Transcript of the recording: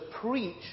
preach